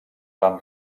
van